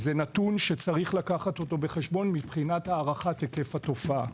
זה נתון שצריך לקחת אותו בחשבון מבחינת הערכת היקף התופעה.